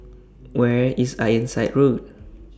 Where IS Ironside Road